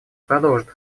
продолжит